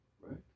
right